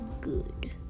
good